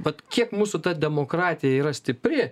vat kiek mūsų ta demokratija yra stipri